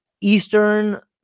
Eastern